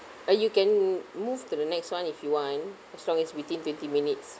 uh you can move to the next one if you want as long as within twenty minutes